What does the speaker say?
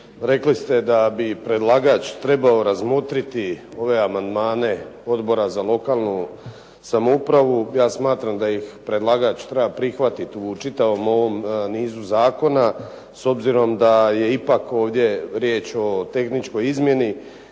rekli ste da bi predlagač trebao razmotriti ove amandmane Odbora za lokalnu samoupravu. Ja smatram da ih predlagač treba prihvatiti u čitavom ovom nizu zakona s obzirom da je ipak ovdje riječ o tehničkoj izmjeni